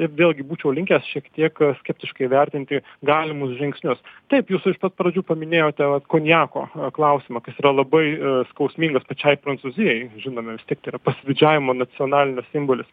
vėlgi būčiau linkęs šiek tiek skeptiškai vertinti galimus žingsnius taip jūs iš pat pradžių paminėjote vat konjako klausimą kas yra labai skausmingas pačiai prancūzijai žinome vis tiek tai yra pasididžiavimo nacionalinis simbolis